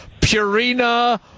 Purina